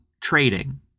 trading